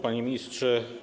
Panie Ministrze!